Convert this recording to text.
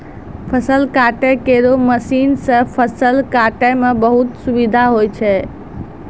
फसल काटै केरो मसीन सँ फसल काटै म बहुत सुबिधा होय छै